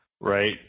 right